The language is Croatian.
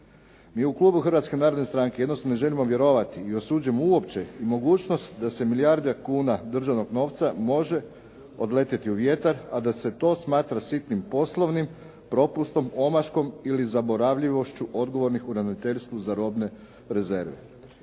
Mi u klubu Hrvatske narodne stranke jednostavno ne želimo vjerovati i osuđujemo uopće i mogućnost da se milijarde kuna državnog novca može odletjeti u vjetar, a da se to smatra sitnim poslovnim propustom, omaškom ili zaboravljivošću odgovornih u Ravnateljstvu za robne rezerve.